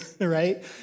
right